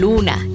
Luna